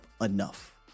enough